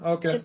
Okay